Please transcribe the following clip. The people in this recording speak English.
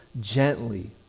gently